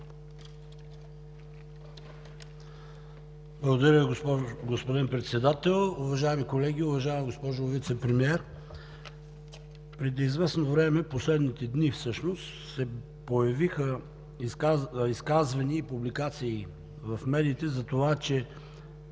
Благодаря Ви, господин Председател. Уважаеми колеги! Уважаема госпожо Вицепремиер, преди известно време, последните дни всъщност, се появиха изказвания и публикации в медиите за това, че